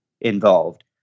involved